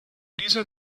dieser